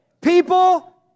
People